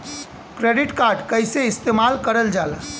Credit card कईसे इस्तेमाल करल जाला?